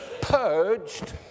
purged